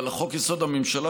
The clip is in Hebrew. אבל חוק-יסוד: הממשלה,